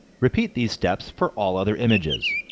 repeat these steps for all other images.